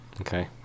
Okay